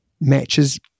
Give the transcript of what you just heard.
matches